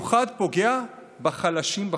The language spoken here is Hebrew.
שפוגעים במיוחד בחלשים בחברה,